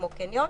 כמו קניון.